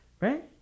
right